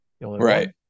Right